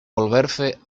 volverse